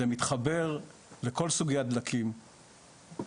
זה מתחבר לכל סוגי הדלקים,